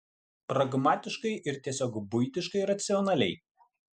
pragmatiškai ir tiesiog buitiškai racionaliai